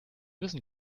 wissen